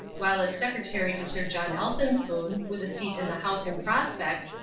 while as secretary to sir john elphinspoon, with a seat in the house in prospect,